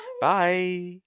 bye